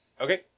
Okay